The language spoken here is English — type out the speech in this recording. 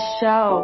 show